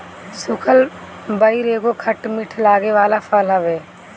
सुखल बइर एगो खट मीठ लागे वाला फल हवे